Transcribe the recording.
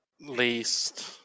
least